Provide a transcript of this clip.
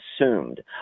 assumed